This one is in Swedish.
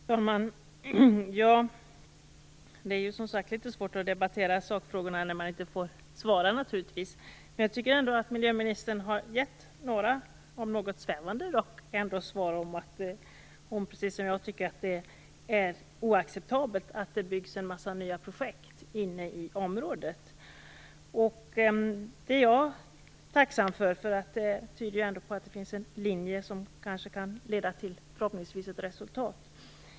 Herr talman! Det är som sagt naturligtvis litet svårt att debattera sakfrågorna när man inte får svara. Men jag tycker ändå att miljöministern har givit några, om än något svävande, svar. Precis som jag tycker hon att det är oacceptabelt att det byggs en massa nya projekt inne i det här området. Det är jag tacksam för, eftersom det ändå tyder på att det finns en linje som förhoppningsvis kan leda till ett resultat.